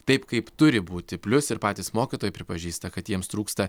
taip kaip turi būti plius ir patys mokytojai pripažįsta kad jiems trūksta